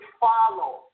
follow